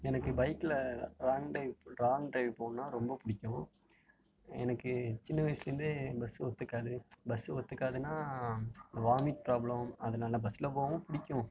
எனக்கு பைக்கில் wrong drive long drive போனா ரொம்ப பிடிக்கும் எனக்கு சின்ன வயசுலந்தே பஸ் ஒத்துக்காது பஸ் ஒத்துக்காதுன்னா வாமிட் பிராப்ளம் அதனால பஸ்ஸில் போகவும் பிடிக்கும்